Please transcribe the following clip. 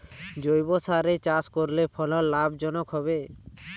জৈবসারে চাষ করলে ফলন লাভজনক হবে?